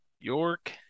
York